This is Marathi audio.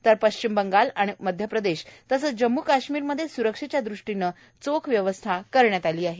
तर पश्चिम बंगालमध्ये आणि मध्यप्रदेश तसंच जम्मू काश्मिरमध्ये स्रक्षेच्या ृष्टीनी चोख व्यवस्थापन करण्यात आलं आहे